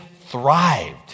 thrived